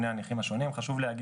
מדובר על נכים שיש להם